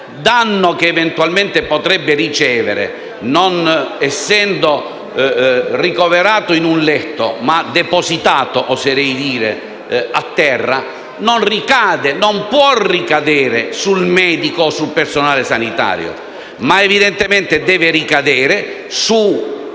danno che eventualmente il paziente potrebbe ricevere non essendo ricoverato in un letto ma depositato - oserei dire - a terra non può ricadere sul medico o sul personale sanitario: evidentemente deve ricadere su